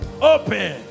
Open